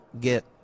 get